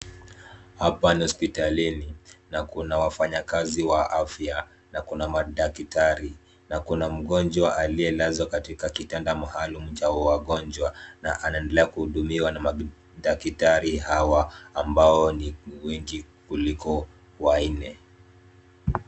Hapa ni hosipitalini, na kuna wafanyikazi wa afya na kuna madaktari na kuna mgojwa aliyelazwa katika kitanda maalum cha wagonjwa na anaendelea kuhudumiwa na madaktari hawa ambao ni wengi kuliko wanne.